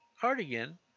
Cardigan